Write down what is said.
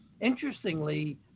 interestingly